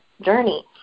journey